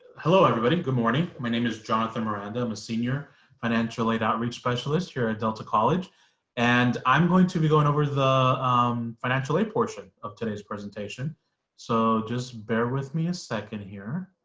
hello everybody good morning my name is jonathan miranda, i'm a senior financial aid outreach specialist here at delta college and i'm going to be going over the um financial aid portion of today's presentation so just bear with me a second here,